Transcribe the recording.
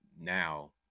now